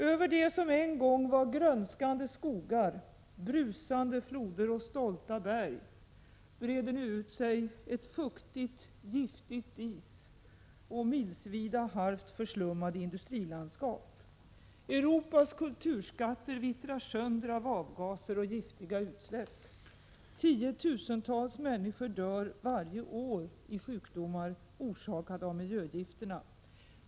Över det som en gång var grönskande skogar, brusande floder och stolta berg breder nu ut sig ett fuktigt, giftigt dis och milsvida halvt förslummade industrilandskap. Europas kulturskatter vittrar sönder av avgaser och giftiga utsläpp. Tiotusentals människor dör varje år i sjukdomar orsakade av miljögifterna.